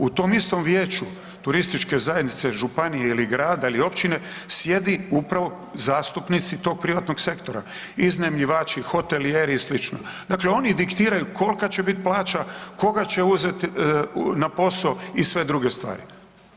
U tom istom vijeću turističke zajednice županije ili grada ili općine sjedi upravo zastupnici tog privatnog sektora, iznajmljivači, hotelijeri i sl., dakle oni diktiraju kolika će biti plaća, koga će uzeti na posao i sve druge stvari.